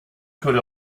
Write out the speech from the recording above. could